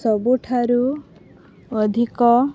ସବୁଠାରୁ ଅଧିକ